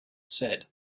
said